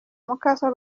mukaso